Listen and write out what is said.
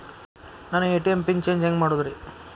ನನ್ನ ATM PIN change ಹೆಂಗ್ ಮಾಡೋದ್ರಿ?